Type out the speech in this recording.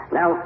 Now